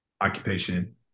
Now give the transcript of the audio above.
occupation